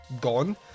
gone